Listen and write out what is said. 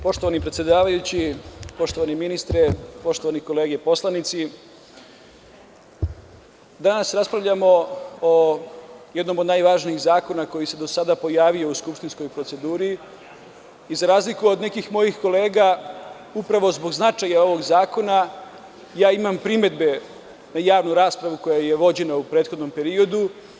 Poštovani predsedavajući, poštovani ministre, poštovane kolege poslanici, danas raspravljamo o jednom od najvažnijih zakona koji se do sada pojavio u skupštinskoj proceduri i za razliku od nekih mojih kolega zbog značaja ovog zakona imam primedbe na javnu raspravu koja je vođena u prethodnom periodu.